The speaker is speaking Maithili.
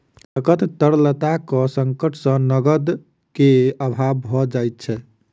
नकद तरलताक संकट सॅ नकद के अभाव भ जाइत छै